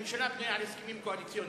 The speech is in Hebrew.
ממשלה בנויה על הסכמים קואליציוניים.